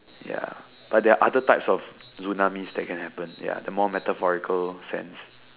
ya but there are other types of tsunamis that can happen the more metaphorical sense